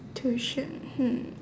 tuition hmm